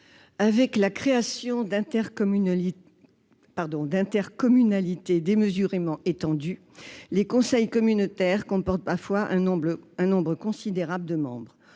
de la création d'intercommunalités démesurément étendues, les conseils communautaires comportent parfois un nombre considérable de membres.